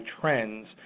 trends